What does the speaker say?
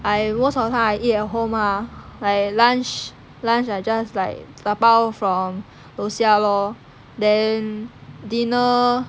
I most of the time I eat at home lah like lunch lunch I just like dabao from 楼下 lor then dinner